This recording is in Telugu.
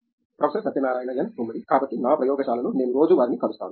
ప్రొఫెసర్ సత్యనారాయణ ఎన్ గుమ్మడి కాబట్టి నా ప్రయోగశాలలో నేను రోజూ వారిని కలుస్తాను